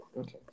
Okay